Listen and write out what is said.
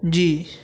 جی